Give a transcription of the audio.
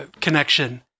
connection